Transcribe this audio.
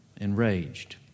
enraged